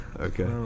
okay